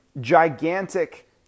gigantic